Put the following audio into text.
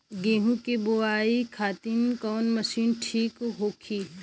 गेहूँ के बुआई खातिन कवन मशीन ठीक होखि?